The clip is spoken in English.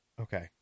Okay